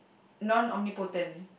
non omnipotent